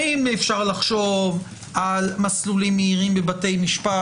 האם אפשר לחשוב על מסלולים מהירים בבתי משפט,